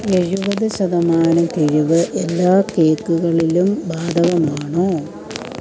എഴുപത് ശതമാനം കിഴിവ് എല്ലാ കേക്കുകളിലും ബാധകമാണോ